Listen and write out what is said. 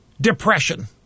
depression